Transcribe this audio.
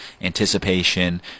anticipation